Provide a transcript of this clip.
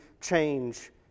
change